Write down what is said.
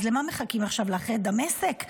אז למה מחכים עכשיו, אחרי דמשק?